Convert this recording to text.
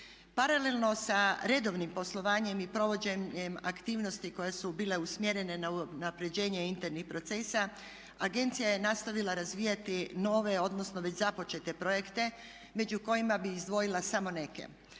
Paralelno s redovnim poslovanjem i provođenjem aktivnosti koje su bile usmjerene na unapređenje internih procesa agencija je nastavila razvijati nove odnosno već započete projekte među kojima bih izdvojila samo neke.